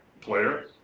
player